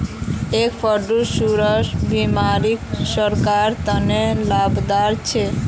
egg fruit सुगरेर बिमारीक रोकवार तने लाभदायक छे